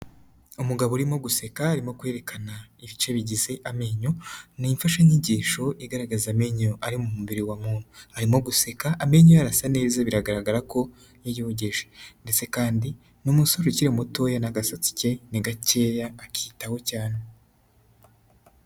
Umugabo urimo guseka, arimo kwerekana ibice bigize amenyo, ni imfashanyigisho igaragaza amenyo ari mu mubiri wa muntu. Arimo guseka amenyo ye arasa neza, biragaragara ko yayogeje. Ndetse kandi n'umusore ukiri mutoya n'agasatsi ke ni gakeya, akitaho cyane.